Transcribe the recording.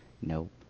Nope